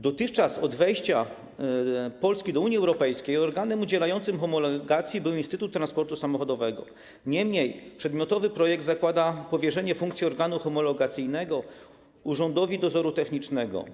Dotychczas, tj. od wejścia Polski do Unii Europejskiej, organem udzielającym homologacji był Instytut Transportu Samochodowego, niemniej przedmiotowy projekt zakłada powierzenie funkcji organu homologacyjnego Urzędowi Dozoru Technicznego.